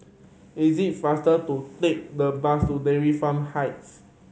it is faster to take the bus to Dairy Farm Heights